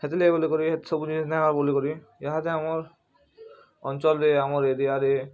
ହେଥିର୍ ଲାଗି ବୋଲେକରି ସବୁ ଜିନିଷ୍ ନା ବୋଲେ କରି ଏହା ଦେ ଆମର୍ ଅଞ୍ଚଲ୍ରେ ଆମର୍ ଏରିଆ ରେ